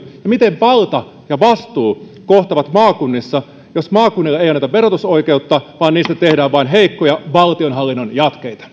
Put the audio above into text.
miten valta ja vastuu kohtaavat maakunnissa jos maakunnille ei anneta verotusoikeutta vaan niistä tehdään vain heikkoja valtionhallinnon jatkeita